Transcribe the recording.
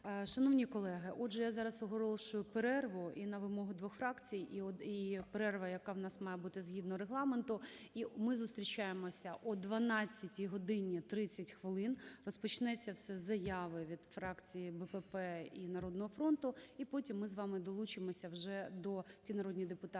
Шановні колеги, отже, я зараз оголошую перерву: і на вимогу двох фракцій, і перерва, яка у нас має бути згідно Регламенту. І ми зустрічаємося о 12 годині 30 хвилин. Розпочнеться все з заяви від фракції БПП і "Народного фронту", і потім ми з вами долучимося вже до… ті народні депутати,